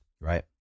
right